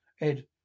Ed